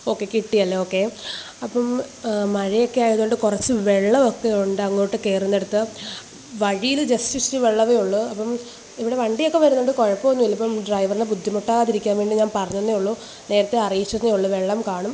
okay കിട്ടിയല്ലോ okay അപ്പം മഴയൊക്കെ ആയതുകൊണ്ട് കുറച്ചു വെള്ളമൊക്കെ ഉണ്ടങ്ങോട്ടു കയറുന്നിടത് വഴിയിൽ ജസ്റ്റ് ഇച്ചിരി വെള്ളമെ ഉള്ളൂ അപ്പം ഇവിടെ വണ്ടിയൊക്കെ വരുന്നുണ്ട് കുഴപ്പമൊന്നുമില്ല ഇപ്പം ഡ്രൈവറുടെ ബുദ്ധിമുട്ടാതിരിക്കാൻ വേണ്ടി ഞാൻ പറഞ്ഞതു തന്നെയേ ഉള്ളു നേരത്തെ അറിയിച്ചെന്നെ ഉള്ളു വെള്ളം കാണും